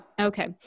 Okay